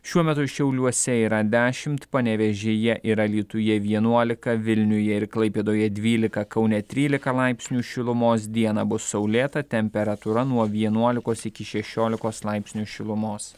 šiuo metu šiauliuose yra dešimt panevėžyje ir alytuje vienuolika vilniuje ir klaipėdoje dvylika kaune trylika laipsnių šilumos dieną bus saulėta temperatūra nuo vienuolikos iki šešiolikos laipsnių šilumos